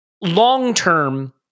long-term